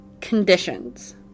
conditions